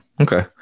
okay